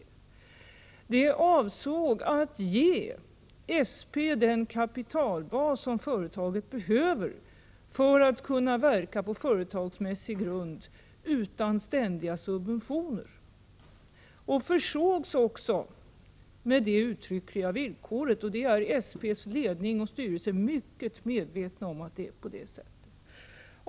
Tillskottet avsåg att ge SP den kapitalbas som företaget behövde för att det skall kunna verka på företagsmässig grund utan ständiga subventioner. Detta uttryckliga villkor fanns med —i SP:s ledning och styrelse är man fullständigt medveten om att det är på det sättet.